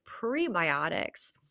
prebiotics